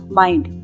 mind